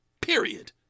period